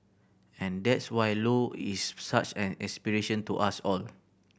and that's why Low is such an inspiration to us all